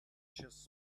chess